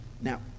Now